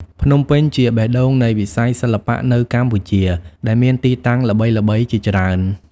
ភ្នំពេញជាបេះដូងនៃវិស័យសិល្បៈនៅកម្ពុជា ដែលមានទីតាំងល្បីៗជាច្រើន។